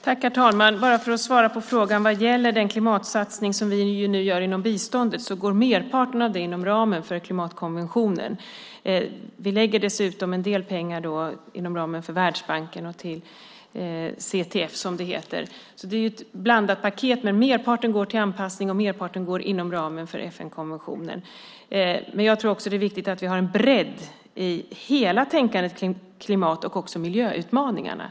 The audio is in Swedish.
Herr talman! Bara för att svara på frågan vad gäller den klimatsatsning som vi nu gör inom biståndet kan jag säga att merparten av den går inom ramen för klimatkonventionen. Vi lägger dessutom en del pengar inom ramen för Världsbanken och till CTF som det heter. Det är ett blandat paket, men merparten går till anpassning och inom ramen för FN-konventionen. Jag tror också att det är viktigt att vi har en bredd i hela tänkandet kring klimat och också miljöutmaningarna.